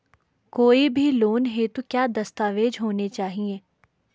कोई भी लोन हेतु क्या दस्तावेज़ चाहिए होते हैं?